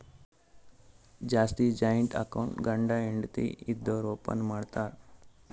ಜಾಸ್ತಿ joint account ಗಂಡ ಹೆಂಡತಿ ಇದ್ದೋರು ಓಪನ್ ಮಾಡ್ತಾರ್